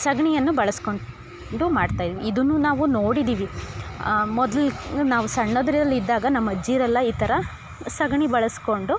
ಸಗಣಿಯನ್ನು ಬಳಸ್ಕೊಂಡು ಮಾಡ್ತಾಯಿದ್ರು ಇದನ್ನು ನಾವು ನೋಡಿದೀವಿ ಮೊದಲು ನಾವು ಸಣ್ಣದರಲ್ಲಿ ಇದ್ದಾಗ ನಮ್ಮ ಅಜ್ಜಿಯರೆಲ್ಲ ಈ ಥರ ಸಗಣಿ ಬಳಸ್ಕೊಂಡು